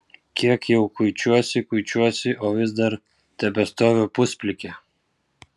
kiek jau kuičiuosi kuičiuosi o vis dar tebestoviu pusplikė